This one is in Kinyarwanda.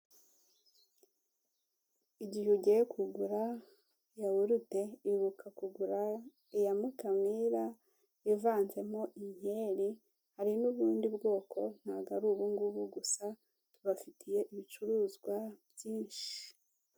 Igihe ugiye kugura yawurute ibuka kugura iya Mukamira ivanzemo inkeri hari n'ubundi bwoko ntabwo ari ubungubu gusa tubafitiye ibicuruzwa byinshi.